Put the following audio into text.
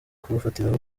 kurufatiraho